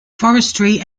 forestry